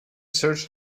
search